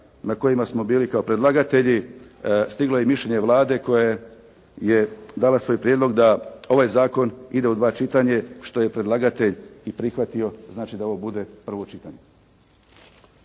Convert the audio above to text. na kojima smo bili kao predlagatelji stiglo je i mišljenje Vlade koja je dala svoj prijedlog da ovaj zakon ide u 2 čitanja, što je predlagatelj i prihvatio, znači da ovo bude prvo čitanje.